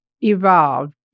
evolved